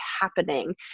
happening